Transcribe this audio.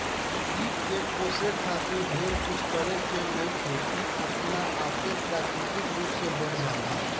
कीट के पोसे खातिर ढेर कुछ करे के नईखे इ अपना आपे प्राकृतिक रूप से बढ़ जाला